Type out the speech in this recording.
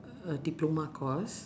uh diploma course